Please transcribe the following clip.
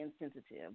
insensitive